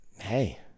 hey